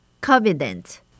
covenant